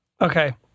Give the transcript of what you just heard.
okay